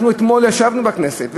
אתמול ישבנו בכנסת בוועדות,